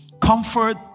Comfort